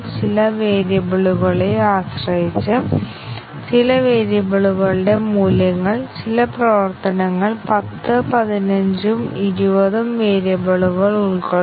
അതിനാൽ നമുക്ക് നേടാൻ കഴിയുന്ന ഒരു ബ്രാഞ്ച് കവറേജ് ശതമാനമാണ് സാധ്യമായ മൊത്തം ശാഖകളാൽ വിഭജിക്കപ്പെടുന്ന നിർവ്വഹിക്കപ്പെട്ട ബ്രാഞ്ചുകളുടെ എണ്ണം